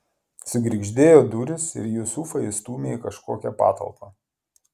sugirgždėjo durys ir jusufą įstūmė į kažkokią patalpą